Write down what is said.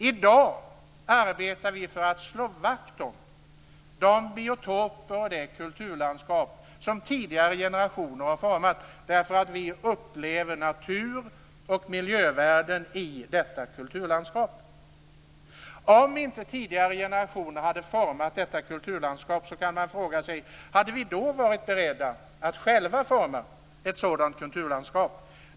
I dag arbetar vi för att slå vakt om de biotoper och det kulturlandskap som tidigare generationer har format därför att vi upplever natur och miljövärden i detta kulturlandskap. Om inte tidigare generationer hade format detta kulturlandskap kan man fråga sig om vi hade varit beredda att själva forma ett sådant kulturlandskap.